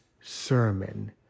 Sermon